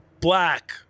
black